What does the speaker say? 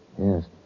Yes